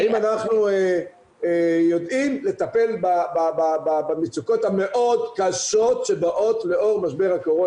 האם אנחנו יודעים לטפל במצוקות המאוד קשות שבאות לאור משבר הקורונה?